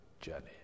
journey